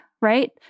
right